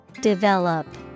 Develop